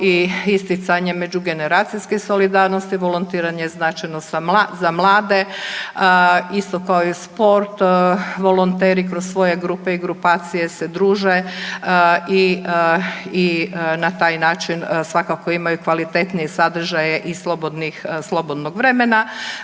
isticanje međugeneracijske solidarnosti, volontiranje značajno za mlade, isto kao i sport, volonteri kroz svoje grupe i grupacije se druže i na taj način svakako imaju kvalitetniji sadržaje i slobodnog vremena.